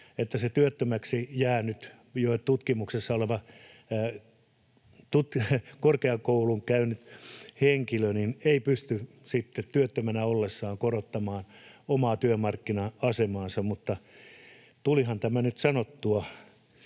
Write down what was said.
että se työttömäksi jäänyt korkeakoulun käynyt henkilö ei pysty sitten työttömänä ollessaan korottamaan omaa työmarkkina-asemaansa. Tulipahan tämä nyt sanottua,